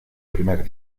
primer